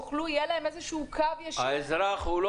שיהיה להם קו ישיר --- האזרח הוא לא